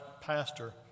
pastor